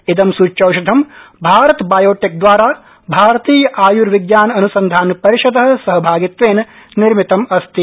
इदं सृच्यौषधं भारतबायोटेक्दवारा भारतीय आयर्विज्ञान अनुसंधान परिषद सहभागित्वेन निर्मितम अस्ति